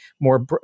more